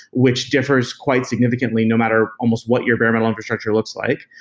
which differs quite significantly no matter almost what your bare-metal infrastructure looks like.